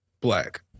black